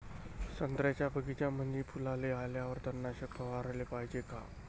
संत्र्याच्या बगीच्यामंदी फुलाले आल्यावर तननाशक फवाराले पायजे का?